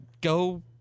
go